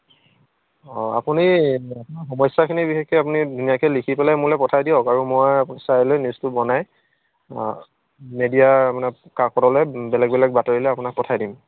অঁ আপুনি সমস্যাখিনি বিশেষকৈ আপুনি ধুনীয়াকৈ লিখি পেলাই মোলৈ পঠাই দিয়ক আৰু মই চাই লৈ নিউজটো বনাই মিডেয়া মানে কাকতলৈ বেলেগ বেলেগ বাতৰিলৈ আপোনাক পঠাই দিম